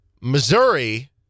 Missouri